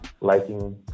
Liking